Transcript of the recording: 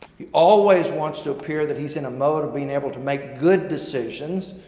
he always wants to appear that he's in a mode of being able to make good decisions.